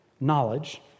knowledge